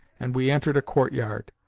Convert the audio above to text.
and we entered a courtyard.